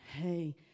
Hey